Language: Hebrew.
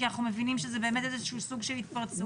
כי אנחנו מבינים שזה סוג של התפרצות,